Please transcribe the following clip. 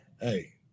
Hey